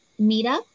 meetup